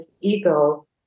ego